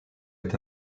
est